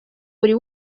buri